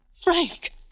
Frank